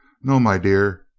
no, my dear,